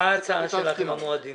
מה ההצעה שלך עם המועדים?